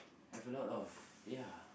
have a lot of ya